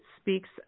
speaks